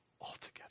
altogether